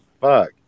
fuck